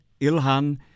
Ilhan